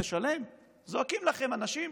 תשלם, זועקים לכם אנשים,